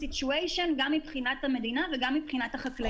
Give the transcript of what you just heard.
גם מבחינת המדינה וגם מבחינת החקלאים.